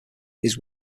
his